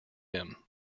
him